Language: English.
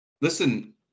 listen